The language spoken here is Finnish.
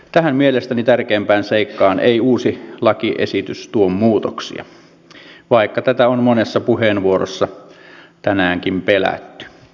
tähän mielestäni tärkeimpään seikkaan ei uusi lakiesitys tuo muutoksia vaikka tätä on monessa puheenvuorossa tänäänkin pelätty